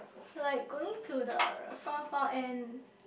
like going to the far far end